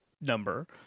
number